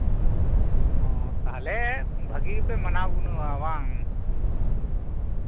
ᱚ ᱛᱟᱦᱞᱮ ᱵᱷᱟᱹᱜᱤ ᱜᱮᱯᱮ ᱢᱟᱱᱟᱣ ᱜᱩᱱᱟᱹᱣᱟ ᱵᱟᱝ ᱚᱻ